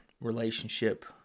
relationship